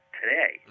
today